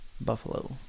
Buffalo